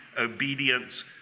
obedience